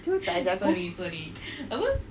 bo jio tak ajak aku